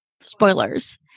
spoilers